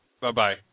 Bye-bye